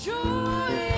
Joy